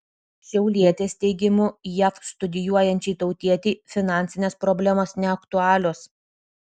šiaulietės teigimu jav studijuojančiai tautietei finansinės problemos neaktualios